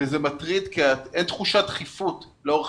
זה מטריד כי אין תחושת דחיפות לאורך